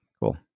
cool